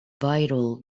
vital